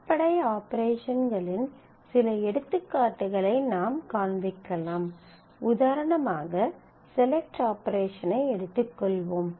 அடிப்படை ஆபரேஷன்களின் சில எடுத்துக்காட்டுகளை நாம் காண்பிக்கலாம் உதாரணமாக செலக்ட் ஆபரேஷன் ஐ எடுத்துக் கொள்வோம்